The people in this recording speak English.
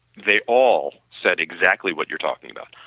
they all said exactly what you're talking about.